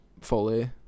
Fully